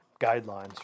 guidelines